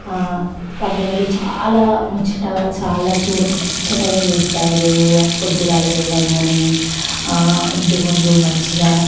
పండుగలు చాలా ముచ్చట చాలా చూడముచ్చటగా చేస్తారు పొద్దుగల లేవగానే ఇంటి ముందు మంచిగా